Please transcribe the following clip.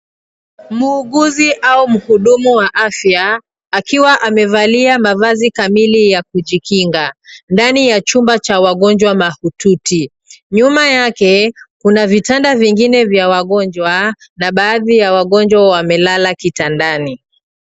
Muuguzi au mhudumu wa afya akiwa amevalia mavazi kamili ya kujikinga ndani ya chumba cha wagonjwa mahututi. Nyuma yake kuna vitanda vingine vya wagonjwa na baadhi ya wagonjwa wamelala kitandani.